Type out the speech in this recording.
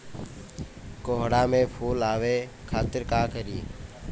कोहड़ा में फुल आवे खातिर का करी?